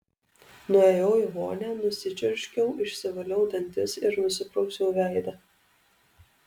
nuėjau į vonią nusičiurškiau išsivaliau dantis ir nusiprausiau veidą